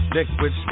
Liquid